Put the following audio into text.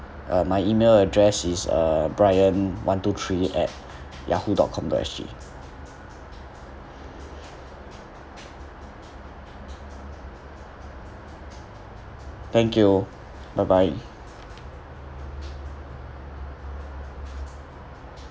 uh my email address is uh brian one two three at yahoo dot com dot S_G thank you bye bye